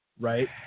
right